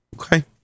Okay